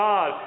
God